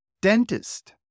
dentist